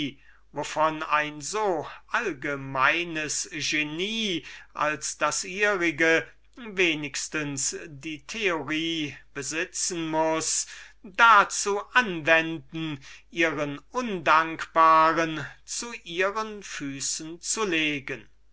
ein so allgemeines genie als das ihrige wenigstens die theorie besitzen mußte dazu anwenden ihren undankbaren zu ihren füßen zu legen